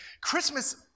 Christmas